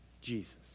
Jesus